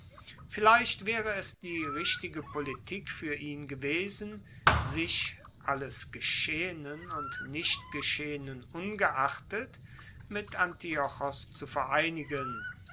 vielleicht waere es die richtige politik fuer ihn gewesen sich alles geschehenen und nicht geschehenen ungeachtet mit antiochos zu vereinigen